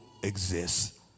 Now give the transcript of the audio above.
Exists